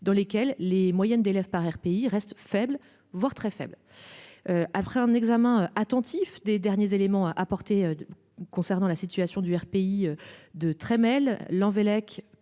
dans lesquels les moyenne d'élèves par RPI reste faible, voire très faible. Après un examen attentif des derniers éléments apportés. Concernant la situation du RPI de très mail Lanvellec